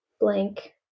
blank